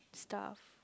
stuff